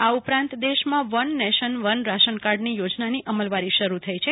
આ ઉપરાંત દેશમાં વન નેશન વન રાશન કાર્ડની યોજનાની અમલવારી શરૂ થઈ છે